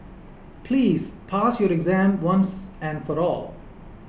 please pass your exam once and for all